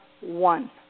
one